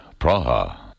Praha